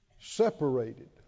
Separated